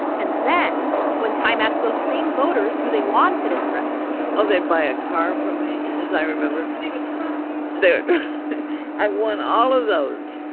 and then when time asked those same voters who they wanted as president. oh, they'd buy a car from me. as i remember and they would trust you they would i won all of those,